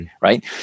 right